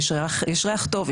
יש ריח טוב,